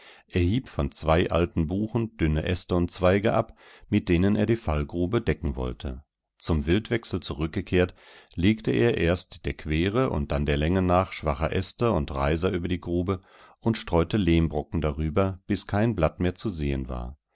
er hieb von zwei alten buchen dünne äste und zweige ab mit denen er die fallgrube decken wollte zum wildwechsel zurückgekehrt legte er erst der quere und dann der länge nach schwache äste und reiser über die grube und streute lehmbrocken darüber bis kein blatt mehr zu sehen war